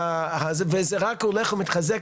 וזה רק הולך ומתחזק,